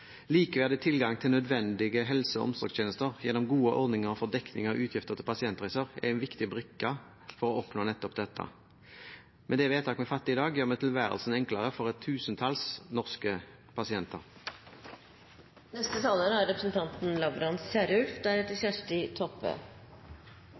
tilgang til nødvendige helse- og omsorgstjenester gjennom gode ordninger for dekning av utgifter til pasientreiser er viktige brikker for å oppnå nettopp dette. Med det vedtaket vi fatter i dag, gjør vi tilværelsen enklere for et tusentalls norske